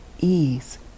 ease